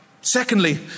Secondly